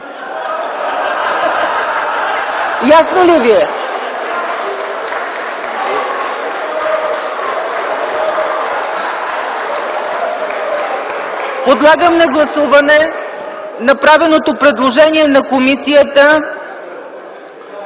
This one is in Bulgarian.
Ясно ли Ви е? Моля, гласувайте направеното предложение на комисията